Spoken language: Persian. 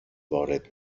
وارد